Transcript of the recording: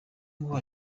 ngo